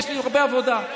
יש לי הרבה עבודה.